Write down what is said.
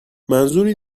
منظوری